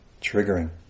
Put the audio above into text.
triggering